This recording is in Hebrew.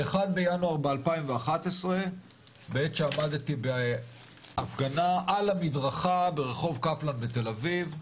ב-1 בינואר ב-2011 בעת שעמדתי בהפגנה על המדרכה ברחוב קפלן בתל אביב,